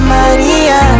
Maria